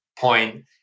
point